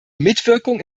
mitwirkung